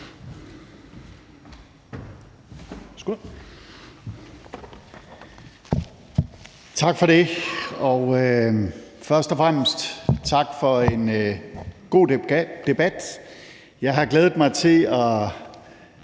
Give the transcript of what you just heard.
Tak for det. Først og fremmest tak for en god debat. Jeg har glædet mig til at